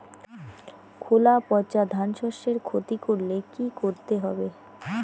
খোলা পচা ধানশস্যের ক্ষতি করলে কি করতে হবে?